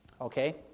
Okay